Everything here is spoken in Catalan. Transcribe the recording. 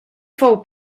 fou